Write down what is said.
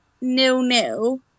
nil-nil